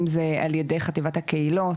אם זה על ידי חטיבת הקהילות